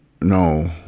no